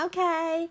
Okay